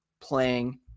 playing